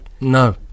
No